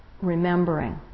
remembering